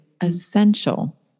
essential